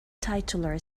titular